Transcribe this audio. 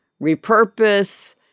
repurpose